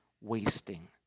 wasting